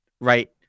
right